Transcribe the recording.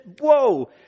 whoa